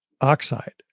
oxide